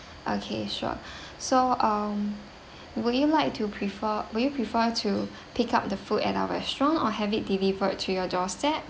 okay sure so um would you like to prefer would you prefer to pick up the food at our restaurant or have it delivered to your doorstep